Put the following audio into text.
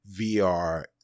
vr